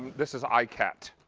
this is i cat.